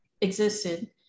existed